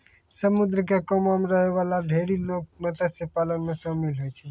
समुद्र क कातो म रहै वाला ढेरी लोग मत्स्य पालन म शामिल होय छै